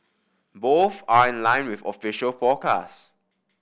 both are in line with official